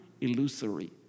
illusory